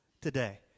today